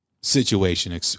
situation